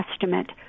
Testament